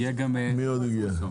הגיע עוד אחד.